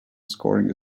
scoring